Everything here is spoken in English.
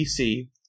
PC